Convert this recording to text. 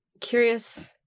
curious